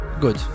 good